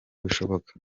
bishoboka